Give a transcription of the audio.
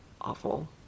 awful